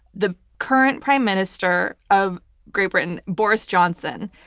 the current prime minister of great britain, boris johnson,